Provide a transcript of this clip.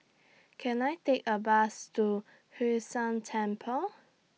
Can I Take A Bus to Hwee San Temple